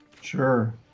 Sure